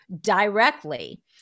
directly